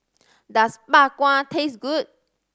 does Bak Kwa taste good